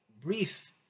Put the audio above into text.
brief